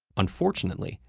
unfortunately,